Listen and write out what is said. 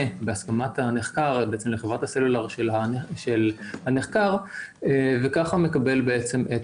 בהסכמת הנחקר לחברת הסלולר שלו וככה הוא מקבל את